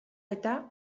eta